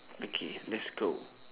okay let's go